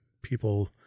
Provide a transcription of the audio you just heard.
people